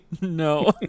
No